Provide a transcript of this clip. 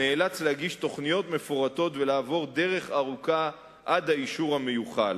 נאלץ להגיש תוכניות מפורטות ולעבור דרך ארוכה עד האישור המיוחל.